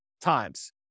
times